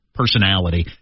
personality